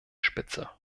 spitze